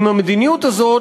עם המדיניות הזאת,